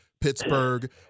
Pittsburgh